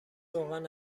روغن